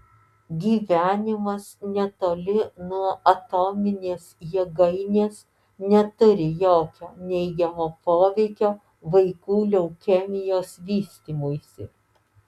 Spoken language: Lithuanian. gyvenimas netoli nuo atominės jėgainės neturi jokio neigiamo poveikio vaikų leukemijos vystymuisi